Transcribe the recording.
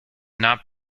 not